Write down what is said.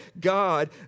God